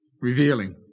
revealing